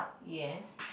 yes